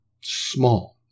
small